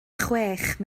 chwech